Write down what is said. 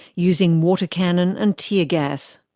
using water cannon and tear gas.